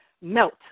melt